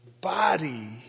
body